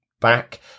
back